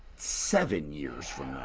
seven years